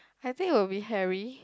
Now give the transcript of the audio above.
I think it'll be Harry